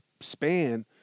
span